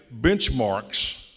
benchmarks